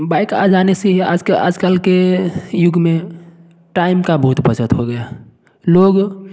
bike आ जाने से आज आजकल के युग में टाइम का बहुत बचत हो गया है लोग